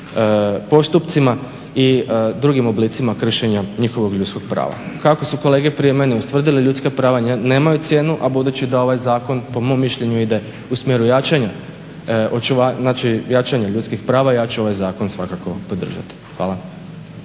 postupcima i drugim oblicima kršenja njihovog ljudskog prava. Kako su kolege prije mene ustvrdili, ljudska prava nemaju cijenu, a budući da ovaj zakon po mom mišljenju ide u smjeru jačanja ljudskih prava ja ću ovaj zakon svakako podržati. Hvala.